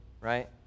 right